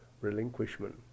relinquishment